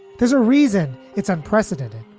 there's a reason it's unprecedented.